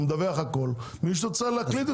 שהוא מדווח הכל מישהו צריך להקליד את זה.